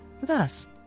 Thus